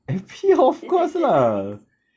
excited right